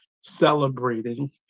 celebrating